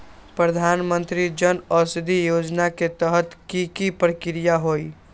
प्रधानमंत्री जन औषधि योजना के तहत की की प्रक्रिया होई?